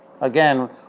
Again